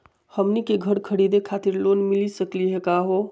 हमनी के घर खरीदै खातिर लोन मिली सकली का हो?